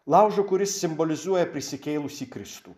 laužo kuris simbolizuoja prisikėlusį kristų